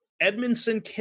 Edmondson